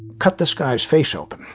cut this guy's face open